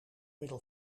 middel